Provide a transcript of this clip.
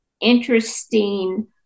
interesting